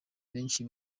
benshi